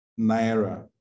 naira